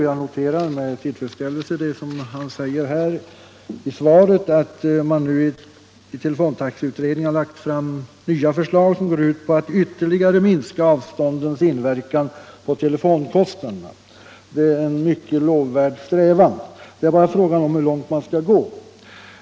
Jag noterar med tillfredsställelse vad kommunikationsministern säger i svaret om att telefontaxeutredningen nu har lagt fram ”nya förslag som går ut på att ytterligare minska avståndens inverkan på telefonkostnaderna”. Det är en mycket lovvärd strävan; frågan är bara hur långt man skall gå.